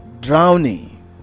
drowning